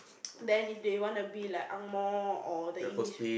then if they want a bit like angmoh or the English